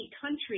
country